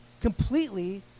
completely